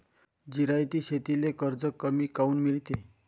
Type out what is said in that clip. जिरायती शेतीले कर्ज कमी काऊन मिळते?